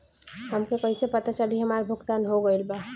हमके कईसे पता चली हमार भुगतान हो गईल बा?